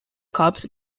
cubs